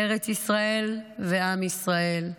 ארץ ישראל ועם ישראל,